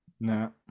No